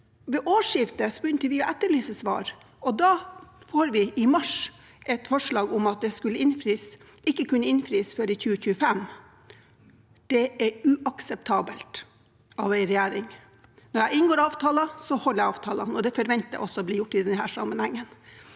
Ved årsskiftet begynte vi å etterlyse svar, og da fikk vi i mars et forslag om at det ikke kunne innfris før i 2025. Det er uakseptabelt av en regjering. Når jeg inngår avtaler, holder jeg de avtalene, og det forventer jeg også blir gjort i denne sammenhengen.